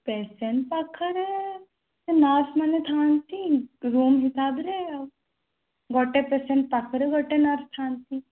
patient ପାଖରେ ନର୍ସ୍ମାନେ ଥାଆନ୍ତି ରୁମ୍ ହିସାବରେ ଆଉ ଗୋଟେ ପେସେଣ୍ଟ୍ ପାଖରେ ଗୋଟେ ନର୍ସ୍ ଥାଆନ୍ତି